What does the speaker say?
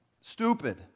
stupid